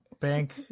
Bank